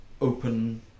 open